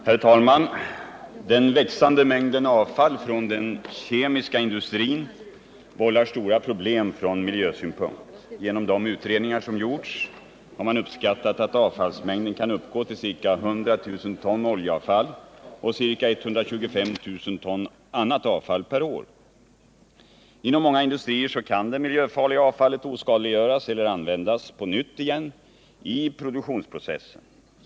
Herr talman! Den växande mängden avfall från den kemiska industrin vållar stora problem ur miljösynpunkt. Genom de utredningar som gjorts har man uppskattat att avfallsmängden kan uppgå till ca 100 000 ton oljeavfall och ca 125 000 ton annat avfall per år. Inom många industrier kan det miljöfarliga avfallet oskadliggöras eller användas på nytt i produktionsprocessen.